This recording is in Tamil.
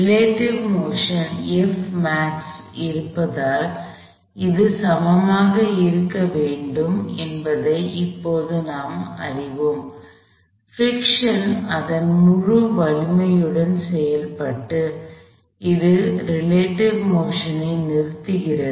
ரிலேடிவ் மோஷன் இருப்பதால் இது சமமாக இருக்க வேண்டும் என்பதை இப்போது நாம் அறிவோம் பிரிக்க்ஷன் அதன் முழு வலிமையுடன் செயல்பட்டு இது ரிலேடிவ் மோஷன் ஐ நிறுத்துகிறது